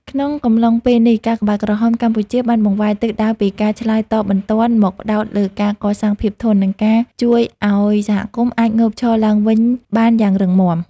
ក្នុងកំឡុងពេលនេះ កាកបាទក្រហមកម្ពុជាបានបង្វែរទិសដៅពីការឆ្លើយតបបន្ទាន់ មកផ្ដោតលើការកសាងភាពធន់ និងការជួយឱ្យសហគមន៍អាចងើបឈរឡើងវិញបានយ៉ាងរឹងមាំ។